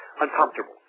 uncomfortable